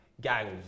gangs